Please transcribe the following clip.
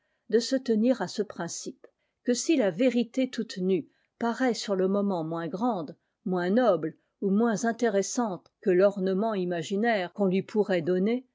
de se tenir à ce principe que si la vérité toute nue paraît sur le moment moins grande moins noble ou moins intéressante que l'ornement imaginaire qu'on lui pourrait donner